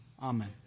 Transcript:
Amen